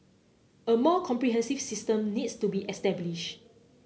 a more comprehensive system needs to be establish